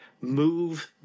move